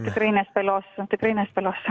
tikrai nespėliosiu tikrai nespėliosiu